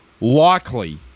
likely